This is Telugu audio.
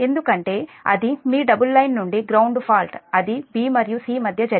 ఎందుకంటే అది మీ డబుల్ లైన్ నుండి గ్రౌండ్ ఫాల్ట్ అది b మరియు c మధ్య జరిగింది కాబట్టి Ia 0